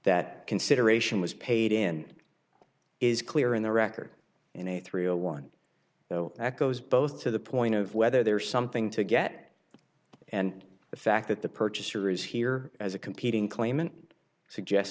that consideration was paid in is clear in the record in a three zero one zero that goes both to the point of whether there is something to get and the fact that the purchaser is here as a competing claimant suggest